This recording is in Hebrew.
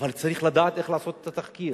אבל צריך לדעת לעשות את התחקיר.